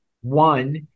One